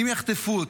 אם יחטפו אותו,